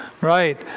right